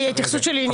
ההתייחסות שלי עניינית.